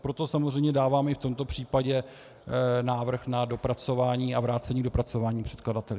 Proto samozřejmě dávám i v tomto případě návrh na dopracování a vrácení k dopracování předkladateli.